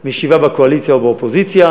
מישיבה בקואליציה או באופוזיציה.